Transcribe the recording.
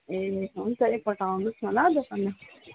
ए हुन्छ एकपल्ट आउनुहोस् न ल दोकानमा